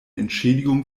entschädigung